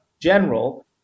general